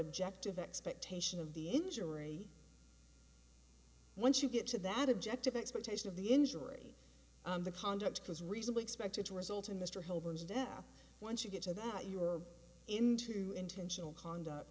objective expectation of the injury once you get to that objective expectation of the injury and the conduct was reasonably expected to result in mr holmes death once you get to that you're into intentional conduct